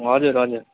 हजुर हजुर